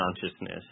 consciousness